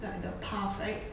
like the path right